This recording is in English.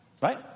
Right